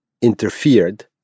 interfered